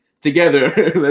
together